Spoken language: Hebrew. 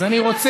אז אני רוצה,